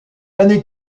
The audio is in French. années